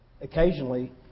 occasionally